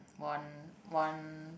one one